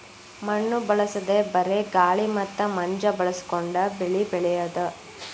ಮಣ್ಣು ಬಳಸದೇ ಬರೇ ಗಾಳಿ ಮತ್ತ ಮಂಜ ಬಳಸಕೊಂಡ ಬೆಳಿ ಬೆಳಿಯುದು